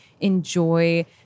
enjoy